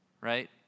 right